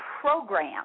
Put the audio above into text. program